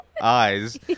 eyes